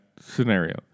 scenario